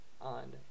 on